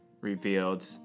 revealed